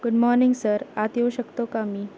good morning sir आत येऊ शकतो का मी